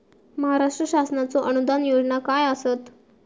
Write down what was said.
महाराष्ट्र शासनाचो अनुदान योजना काय आसत?